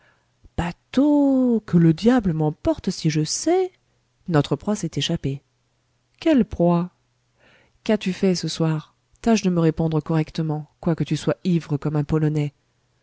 bateau que le diable m'emporte si je sais notre proie s'est échappée quelle proie qu'as-tu fait ce soir tâche de me répondre correctement quoique tu sois ivre comme un polonais